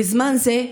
בזמן זה,